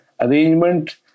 arrangement